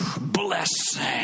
blessing